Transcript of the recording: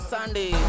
Sunday